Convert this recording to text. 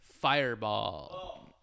Fireball